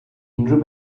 unrhyw